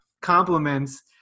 compliments